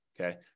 Okay